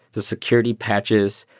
the security patches,